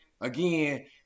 again